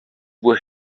were